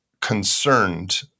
concerned